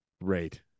Right